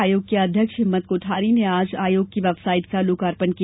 आयोग के अध्यक्ष हिम्मत कोठारी ने आज आयोग की वेबसाइट का लोकार्पण किया